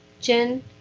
jen